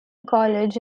college